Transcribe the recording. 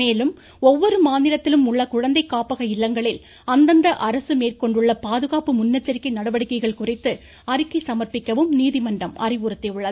மேலும் ஒவ்வொரு மாநிலத்திலும் உள்ள குழந்தை காப்பக இல்லங்களில் அந்தந்த அரசு மேற்கொண்டுள்ள பாதுகாப்பு முன்னெச்சரிக்கை நடவடிக்கைகள் குறித்து அறிக்கை சமர்பிக்கவும் நீதிமன்றம் அறிவுறுத்தியுள்ளது